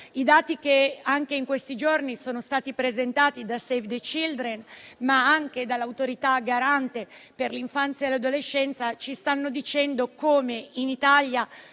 I dati che anche in questi giorni sono stati presentati da Save the Children, ma anche dall'Autorità garante per l'infanzia e l'adolescenza, ci stanno dicendo come in Italia